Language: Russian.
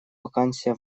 вакансия